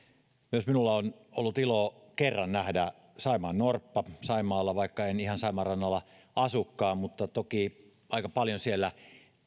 myös minulla on ollut ilo kerran nähdä saimaannorppa saimaalla vaikka en ihan saimaan rannalla asukaan mutta toki aika paljon siellä